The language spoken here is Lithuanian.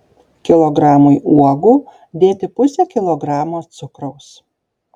kilogramui uogų dėti pusę kilogramo cukraus